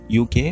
UK